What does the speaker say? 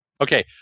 Okay